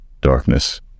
darkness